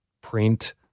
print